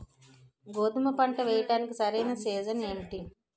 గోధుమపంట వేయడానికి సరైన సీజన్ ఏంటి?